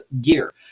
gear